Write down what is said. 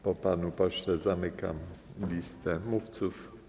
Po panu pośle zamykam listę mówców.